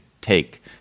take